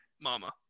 mama